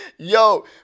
Yo